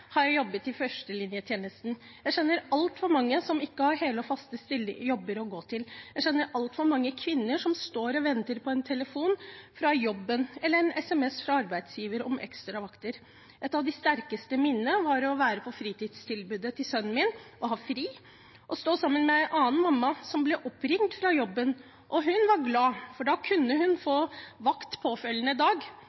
har jeg jobbet i førstelinjetjenesten. Jeg kjenner altfor mange som ikke har hele og faste jobber å gå til. Jeg kjenner altfor mange kvinner som står og venter på en telefon fra jobben eller en sms fra arbeidsgiver om ekstravakter. Et av de sterkeste minnene mine er da jeg var på fritidstilbudet til sønnen min. Jeg hadde fri og sto sammen med en annen mamma, som ble oppringt fra jobben, og hun var glad for da kunne hun få